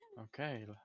Okay